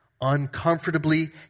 uncomfortably